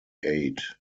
aid